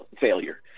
failure